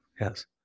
Yes